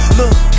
look